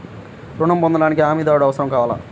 ఋణం పొందటానికి హమీదారుడు అవసరం కావాలా?